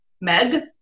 Meg